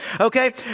Okay